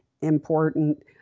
important